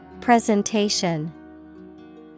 Presentation